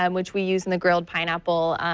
um which we use in the grilled pineapple.